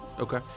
Okay